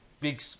big